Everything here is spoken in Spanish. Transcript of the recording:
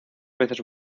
veces